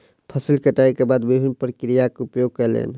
फसिल कटै के बाद विभिन्न प्रक्रियाक उपयोग कयलैन